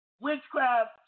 witchcraft